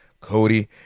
Cody